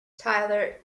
tyler